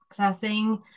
accessing